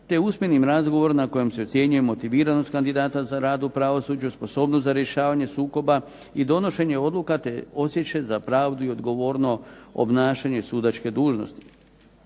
te usmenim razgovorom na kojem se ocjenjuje motiviranost kandidata za rad u pravosuđu, sposobnost za rješavanje sukoba i donošenje odluka, te osjećaj za pravdu i odgovorno obnašanje sudačke dužnosti.